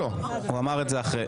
הוא אמר את זה אחרי.